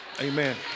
Amen